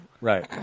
Right